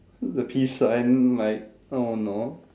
the peace sign like I don't know